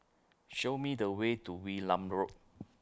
Show Me The Way to Wee Nam Road